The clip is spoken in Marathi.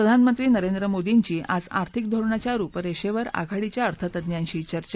प्रधानमंत्री नरेंद्र मोदींची आज आर्थिक धोरणाच्या रुपरेषेवर आघाडीच्या अर्थतज्ञांशी चर्चा